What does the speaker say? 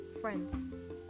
friends